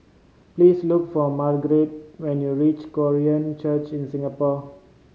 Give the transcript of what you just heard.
please look for Margarette when you reach Korean Church in Singapore